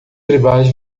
tribais